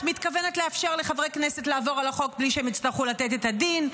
מתכוונת לאפשר לחברי הכנסת לעבור על החוק בלי שהם יצטרכו לתת את הדין,